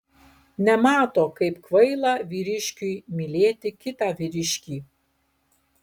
nemato kaip kvaila vyriškiui mylėti kitą vyriškį